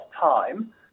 time